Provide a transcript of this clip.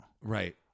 Right